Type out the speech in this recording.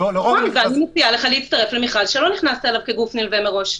אני מציעה לך להצטרף למכרז שלא נכנסת אליו כגוף נלווה מראש.